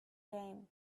game